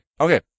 okay